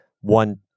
one